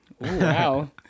wow